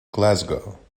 glasgow